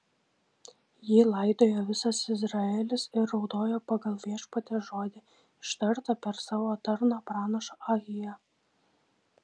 jį laidojo visas izraelis ir raudojo pagal viešpaties žodį ištartą per savo tarną pranašą ahiją